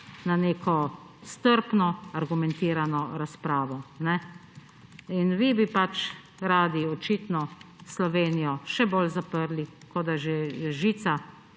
na neko strpno, argumentirano razpravo. Vi bi pač radi, očitno, Slovenijo še bolj zaprli, kot da že žica